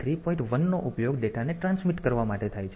1 નો ઉપયોગ ડેટાને ટ્રાન્સમિટ કરવા માટે થાય છે